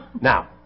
Now